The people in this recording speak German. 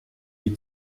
die